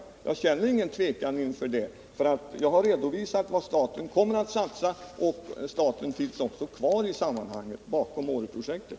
Jag känner ingen tvekan inför det. Jag har redovisat vad staten kommer att satsa, och staten finns också kvar bakom Åreprojektet.